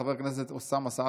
חבר הכנסת שלמה קרעי,